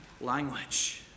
language